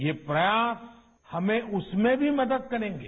ये प्रयास हमें उसमें भी मदद करेंगे